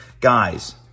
Guys